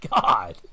god